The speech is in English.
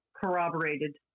corroborated